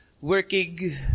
working